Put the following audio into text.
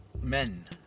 men